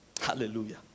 Hallelujah